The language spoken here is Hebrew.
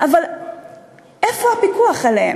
אבל איפה הפיקוח עליהם?